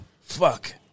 Fuck